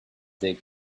dig